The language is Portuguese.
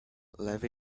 leve